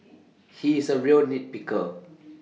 he is A real nit picker